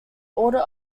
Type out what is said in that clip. order